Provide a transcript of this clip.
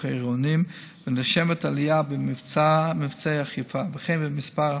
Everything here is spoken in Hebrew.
העירוניים ונרשמת עלייה במבצעי האכיפה וכן במספר